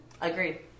Agreed